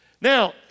Now